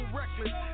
reckless